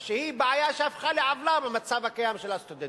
שהיא בעיה שהפכה לעוולה במצב הקיים של הסטודנטים.